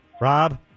Rob